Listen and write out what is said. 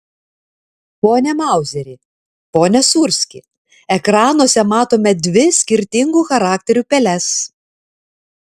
pone mauzeri pone sūrski ekranuose matome dvi skirtingų charakterių peles